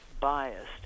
biased